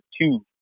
two